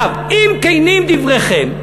אם כנים דבריכם,